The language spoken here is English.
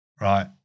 Right